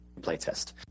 playtest